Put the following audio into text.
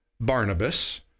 Barnabas